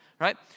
Right